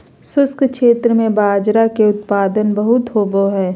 शुष्क क्षेत्र में बाजरा के उत्पादन बहुत होवो हय